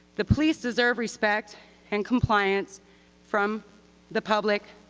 the police deserve respect and compliance from the public,